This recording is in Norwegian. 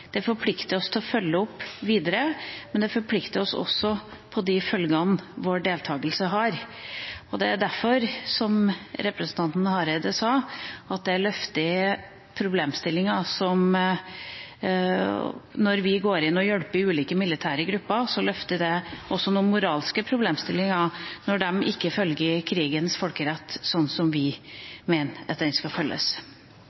makt forplikter. Det forplikter oss til å følge opp videre, men det forplikter oss også på de følgene vår deltakelse har. Som representanten Hareide sa, når vi går inn og hjelper ulike militære grupper, løfter det derfor også noen moralske problemstillinger, når de ikke følger krigens folkerett sånn som